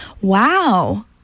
wow